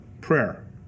prayer